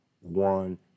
One